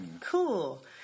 cool